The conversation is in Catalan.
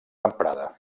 emprada